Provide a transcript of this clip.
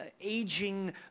aging